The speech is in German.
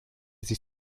sich